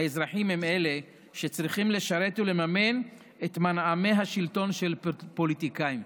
האזרחים הם שצריכים לשרת ולממן את מנעמי השלטון של פוליטיקאים.